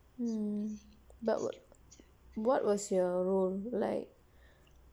mm but what what was your role like